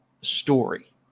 story